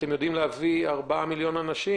אתם יכולים להביא ארבעה מיליון אנשים?